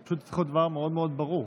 זה פשוט צריך להיות דבר מאוד מאוד ברור.